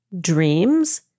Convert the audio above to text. dreams